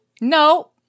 no